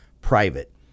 private